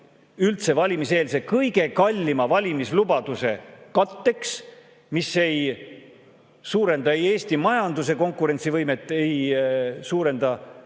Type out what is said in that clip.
üldse valimiseelse kõige kallima valimislubaduse katteks, mis ei suurenda Eesti majanduse konkurentsivõimet, ei suurenda